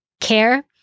care